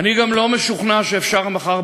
אנחנו רוצים שישתתפו בו יותר אנשים מאשר בבחירות.